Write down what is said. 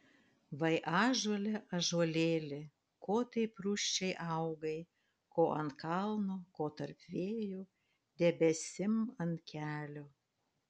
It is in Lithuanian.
vai ąžuole ąžuolėli ko taip rūsčiai augai ko ant kalno ko tarp vėjų debesim ant kelio